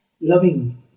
loving